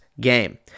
game